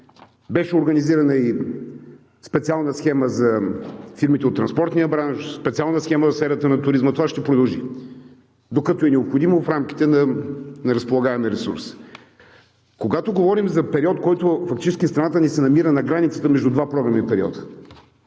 Беше организирана и специална схема за фирмите от транспортния бранш, специална схема в сферата на туризма. Това ще продължи, докато е необходимо, в рамките на разполагаемия ресурс. Когато говорим за период, в който фактически страната ни се намира на границата между два програмни периода